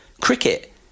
cricket